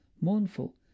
mournful